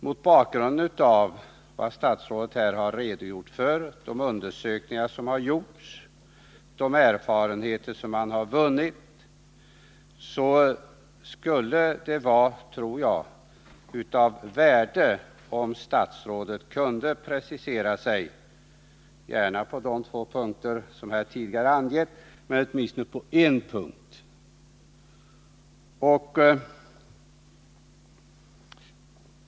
Mot bakgrund av vad statsrådet här har redogjort för, de undersökningar som har utförts och de erfarenheter som man har vunnit, vore det av värde om statsrådet kunde precisera sig — gärna på de två punkter som tidigare har angivits men åtminstone på en punkt.